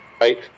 right